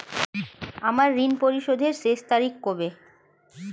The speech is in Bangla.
আমার ঋণ পরিশোধের শেষ তারিখ কবে?